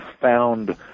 found